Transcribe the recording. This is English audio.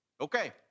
Okay